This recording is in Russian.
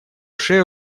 шею